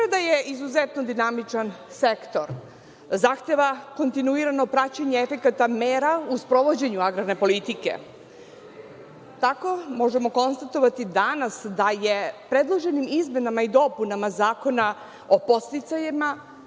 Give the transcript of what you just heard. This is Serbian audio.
je izuzetno dinamičan sektor, zahteva kontinuirano praćenje efekata mera u sprovođenju agrarne politike. Tako možemo konstatovati danas da je predloženim izmenama i dopunama Zakona o podsticajima